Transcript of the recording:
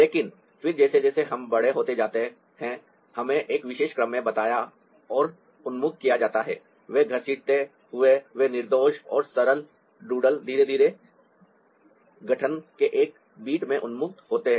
लेकिन फिर जैसे जैसे हम बड़े होते जाते हैं हमें एक विशेष क्रम में बताया और उन्मुख किया जाता है वे घसीटते हुए वे निर्दोष और सरल डूडल धीरे धीरे गठन के एक बिट में उन्मुख होते हैं